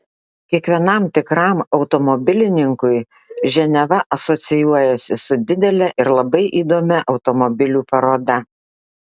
kiekvienam tikram automobilininkui ženeva asocijuojasi su didele ir labai įdomia automobilių paroda